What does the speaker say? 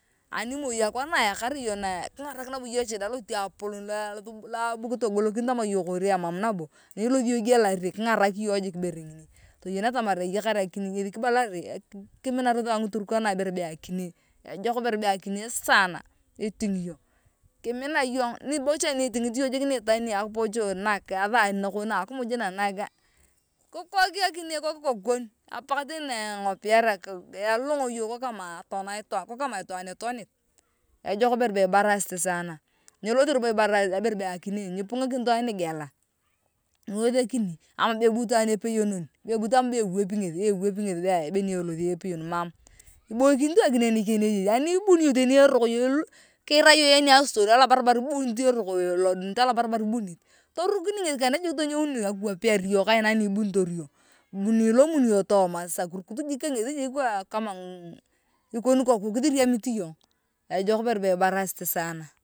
Animoi akwaar na eyakarae iyong kingarak nabo iyong eshida istiapolon lo abu kitogo lokom tama iyong eshida istiapolon lo abu kitoyo lokom tama iyong emam nabo ani ilothi iyong igealari kingarak iyong jik ibere ngini toyon atamar eyakar akine ngethi kibalar kiminar thua ng’iturkana ibere be akine ejok ibere be akine sana iting yong nikoni epocho nak athani nakon na akimij na kikrok akine kook ikoku kon apak teni ne engopiarea kialolong yong kok kama atona itwaan kikook kama itwaan ngethi etonit ejok ibere be ibarasit sana nyelothi robo ibarasit ibere be akine nyipung’akin itwaan nigella nyiwethikin ama kebu teni epeyonon be but ama be ewepi ngeth niielothi epeyenon mam iboikin tu akine nikeng niyei anibuni iyong teni eroko kiira iyong iramit astori alobarabar kiira iyong ilodunit alobarbar ibunit torukinete ngeth kaneni jikakiwapiar iyong kaina anibunitor iyong anilonuni iyong tooma sasa kiruk it jik kangethi kama ikon koku kithiriamit iyong. Ojok ibere be ibarasit sana.